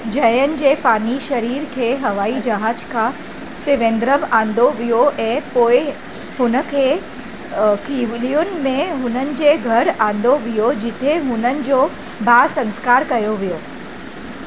जयन जे फ़ानी शरीर खे हवाई जहाज़ खां त्रिवेंद्रम आंदो वियो ऐं पोइ हुनखे अ किविलियुनि में हुननि जे घरु आंदो वियो जिथे हुननि जो दाह संस्कारु कयो वियो